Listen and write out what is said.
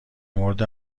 مورد